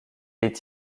est